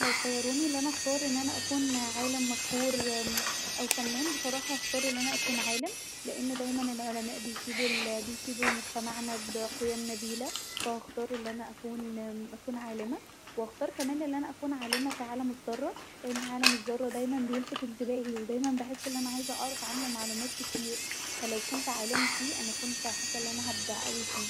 لو خيروني أن انا اختار أن انا اكون عالم مشهور أو فنان بصراحه هختار أن انا اكون عالم لان دايما العلماء بيفيدوا بيفيدوا مجتمعنا بقيم نبيله ف هختار الي انا اكون اكون عالمه وهختار كمان أن انا اكون عالمه في عالم الذره لان عالم الذره دايما بيلفت انتباهي ودايما بحس أن انا عايزه اعرف عنه معلومات كتير ف لو كنت عالمه فيه حاسه ان انا كنت هبدع اوي فيه